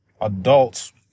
adults